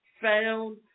found